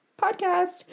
podcast